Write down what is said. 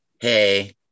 hey